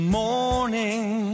morning